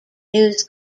news